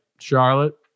Charlotte